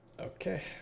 Okay